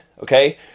okay